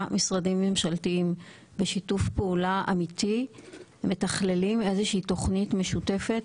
משרדים ממשלתיים בשיתוף פעולה אמיתי מתכללים איזושהי תוכנית משותפת.